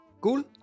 Cool